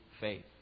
faith